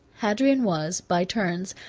hadrian was, by turns,